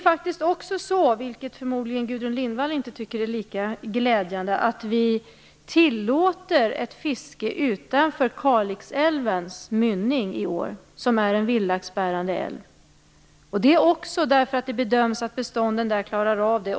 Något som Gudrun Lindvall förmodligen inte tycker är lika glädjande är att vi i år tillåter ett fiske utanför Kalixälvens mynning. Kalixälven är en vildlaxbärande älv, och det bedöms att bestånden där klarar av det.